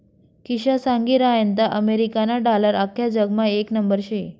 किशा सांगी रहायंता अमेरिकाना डालर आख्खा जगमा येक नंबरवर शे